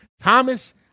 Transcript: Thomas